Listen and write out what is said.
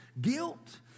guilt